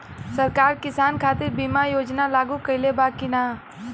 सरकार किसान खातिर बीमा योजना लागू कईले बा की ना?